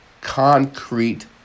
concrete